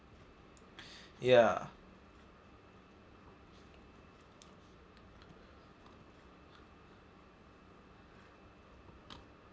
ya